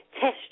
test